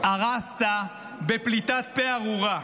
הרסת בפליטת פה ארורה.